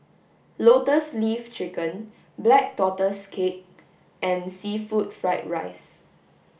lotus leaf chicken black tortoise cake and seafood fried rice